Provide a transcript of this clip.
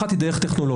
אחת היא דרך טכנולוגית,